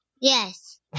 yes